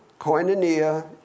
koinonia